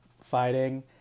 fighting